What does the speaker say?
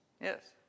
Yes